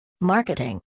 Marketing